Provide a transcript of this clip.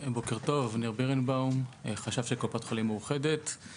אבנר בירנבאום, חשב קופת החולים מאוחדת.